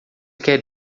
quer